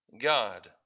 God